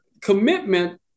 commitment